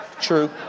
true